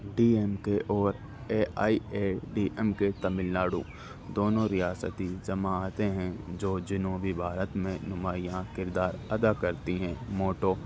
D M K اور A I A D M K Tamil Nadu دونوں ریاستی جماعتیں ہیں جو جنوبی بھارت میں نمیاں کردار ادا کرتی ہیں موٹو